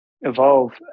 evolve